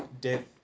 death